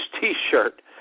T-shirt